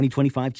2025